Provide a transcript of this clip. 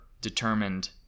determined